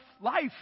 life